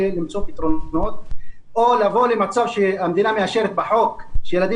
ולמצוא פתרונות או לבוא למצב שהמדינה מאשרת בחוק שילדים